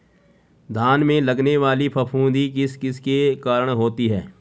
धान में लगने वाली फफूंदी किस किस के कारण होती है?